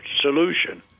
solution